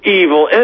evil